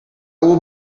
will